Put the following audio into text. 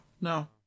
no